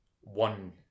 one